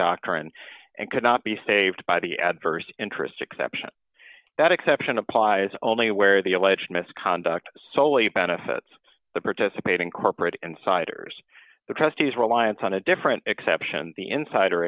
doctrine and could not be saved by the adverse interest exception that exception applies only where the alleged misconduct soley benefits the participating corporate insiders the trustees reliance on a different exception the insider